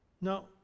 Now